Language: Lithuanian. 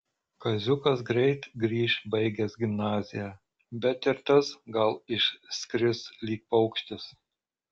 kaziukas greit grįš baigęs gimnaziją bet ir tas gal išskris lyg paukštis